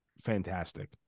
fantastic